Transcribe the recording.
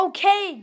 Okay